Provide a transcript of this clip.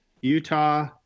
Utah